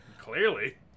Clearly